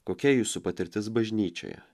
kokia jūsų patirtis bažnyčioje